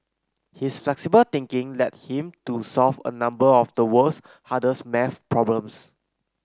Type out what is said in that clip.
his flexible thinking led him to solve a number of the world's hardest math problems